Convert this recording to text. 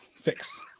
fix